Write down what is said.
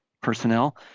personnel